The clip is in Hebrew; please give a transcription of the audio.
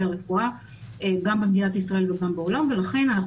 רפואה גם במדינת ישראל וגם בעולם ולכן אנחנו